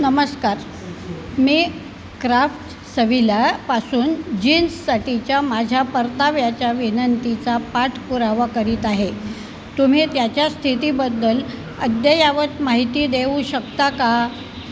नमस्कार मी क्राफ्टसविलापासून जीन्ससाठीच्या माझ्या परताव्याच्या विनंतीचा पाठ पुरावा करीत आहे तुम्ही त्याच्या स्थितीबद्दल अद्ययावत माहिती देऊ शकता का